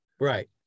Right